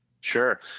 Sure